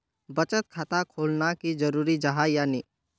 बचत खाता खोलना की जरूरी जाहा या नी?